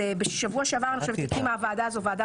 בשבוע שעבר הקימה הוועדה הזאת ועדה